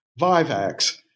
Vivax